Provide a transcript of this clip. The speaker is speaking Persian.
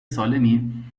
سالمی